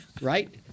right